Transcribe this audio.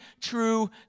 true